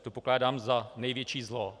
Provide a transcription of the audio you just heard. Tu pokládám za největší zlo.